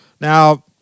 now